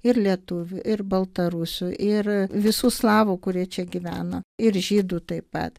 ir lietuvių ir baltarusių ir visų slavų kurie čia gyvena ir žydų taip pat